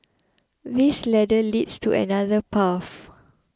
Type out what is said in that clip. this ladder leads to another path